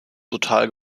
brutal